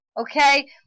okay